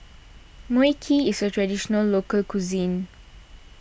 Mui Kee is a Traditional Local Cuisine